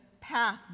path